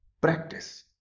Practice